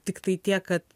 tiktai tiek kad